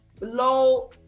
low